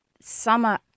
summer